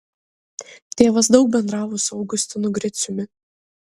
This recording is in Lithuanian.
tėvas daug bendravo su augustinu griciumi